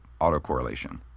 autocorrelation